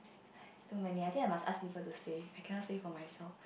too many I think I must ask people to say I cannot say for myself